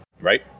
Right